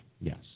Yes